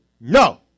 No